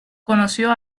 conoció